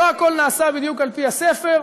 לא הכול נעשה בדיוק על-פי הספר,